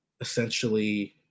essentially